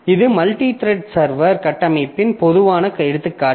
இது multithread server கட்டமைப்பின் பொதுவான எடுத்துக்காட்டு